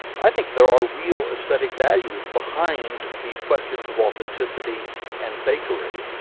i think there are real aesthetic values behind these questions of authenticity and fakery,